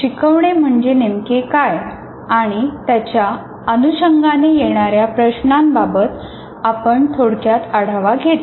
शिकवणे म्हणजे नेमके काय आणि त्याच्या अनुषंगाने येणाऱ्या प्रश्नांबाबत आपण थोडक्यात आढावा घेतला